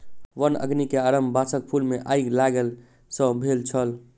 वन अग्नि के आरम्भ बांसक फूल मे आइग लागय सॅ भेल छल